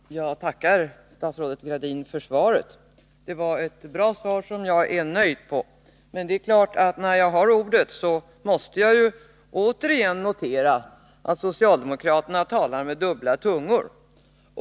Herr talman! Jag tackar statsrådet Gradin för svaret. Det var ett bra svar, som jag är nöjd med. Men när jag har ordet måste jag återigen notera att socialdemokraterna talar med dubbla tungor.